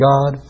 God